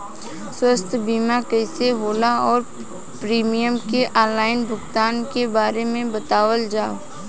स्वास्थ्य बीमा कइसे होला और प्रीमियम के आनलाइन भुगतान के बारे में बतावल जाव?